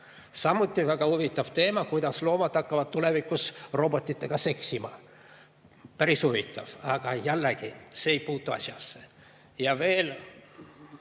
Samuti on väga huvitav teema, kuidas loomad hakkavad tulevikus robotitega seksima. Päris huvitav, aga jällegi, see ei puutu asjasse. Ja veel,